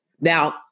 Now